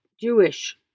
Jewish